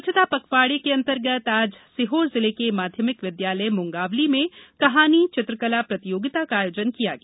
स्वच्छता पखवाड़ा के अंतर्गत आज सीहोर जिले के माध्यमिक विद्यालय मुंगावली में कहानी चित्रकला प्रतियोगिता का आयोजन किया गया